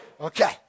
Okay